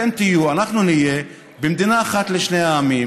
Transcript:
אתם תהיו ואנחנו נהיה במדינה אחת לשני עמים,